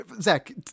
Zach